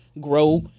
grow